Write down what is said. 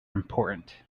important